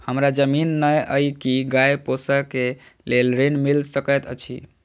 हमरा जमीन नै अई की गाय पोसअ केँ लेल ऋण मिल सकैत अई?